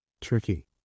Tricky